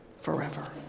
forever